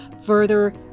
further